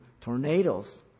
tornadoes